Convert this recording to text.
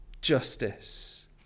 justice